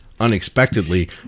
unexpectedly